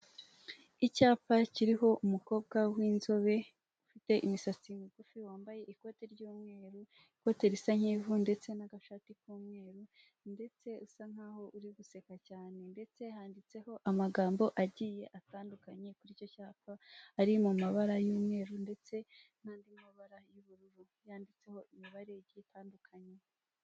Icyapa kiriho umukobwa w'inzobe ufite imisatsi migufi wambaye ikoti ry'umweru, ikote risa n'ivu ndetse n'agashati k'umweru, ndetse usa nk'aho uri guseka cyane, ndetse handitseho amagambo agiye atandukanye kuri icyo cyapa ari mu mabara y'umweru ndetse n'andi mabara y'ubururu yanditseho imibare igiye itandukanye.